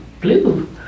Blue